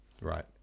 right